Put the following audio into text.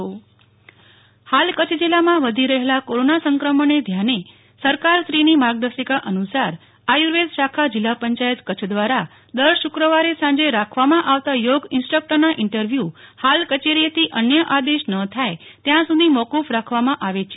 નેહ્લ ઠક્કર આર્યુ વેદ શાખા હાલ કચ્છ જિલ્લામાં વધી રહેલા કોરોના સંક્રમણને ધ્યાને સરકારશ્રીની માર્ગદર્શિકા અનુ સાર આયુ ર્વેદ શાખા જિલ્લા પંચાયત કચ્છ દ્વારા દર શુક્રવારે સાંજે રાખવામાં આવતા યોગ ઈન્સ્ટ્રકટરના ઈન્ટરવ્યું હાલ કચેરીએથી અનય આદેશ ન થાય ત્યાં સુધી મોક્રફ રાખવામાં આવે છે